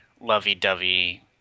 lovey-dovey